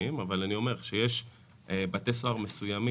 ביטחוניים אבל אני אומר שיש בתי סוהר מסוימים